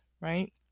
right